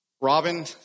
Robin